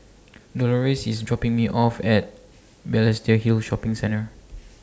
Dolores IS dropping Me off At Balestier Hill Shopping Centre